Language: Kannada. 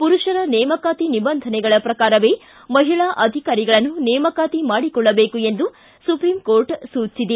ಪುರುಷರ ನೇಮಕಾತಿ ನಿಬಂಧನೆಗಳ ಪ್ರಕಾರವೇ ಮಹಿಳಾ ಅಧಿಕಾರಿಗಳನ್ನು ನೇಮಕಾತಿ ಮಾಡಿಕೊಳ್ಳಬೇಕು ಎಂದು ಸುಪ್ರೀಂ ಕೋರ್ಟ್ ಸೂಚಿಸಿದೆ